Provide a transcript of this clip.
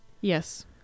Yes